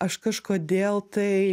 aš kažkodėl tai